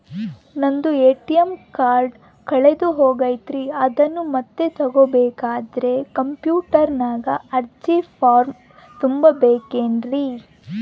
ನಂದು ATM card ಕಳೆದು ಹೋಗೈತ್ರಿ ಅದನ್ನು ಮತ್ತೆ ತಗೋಬೇಕಾದರೆ ಕಂಪ್ಯೂಟರ್ ನಾಗ ಅರ್ಜಿ ಫಾರಂ ತುಂಬಬೇಕನ್ರಿ?